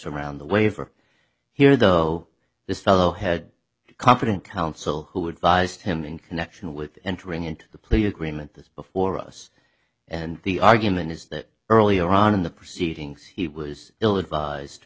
around the waiver here though this fellow had competent counsel who were devised him in connection with entering into the plea agreement this before us and the argument is that earlier on in the proceedings he was ill advised